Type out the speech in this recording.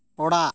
ᱚᱲᱟᱜ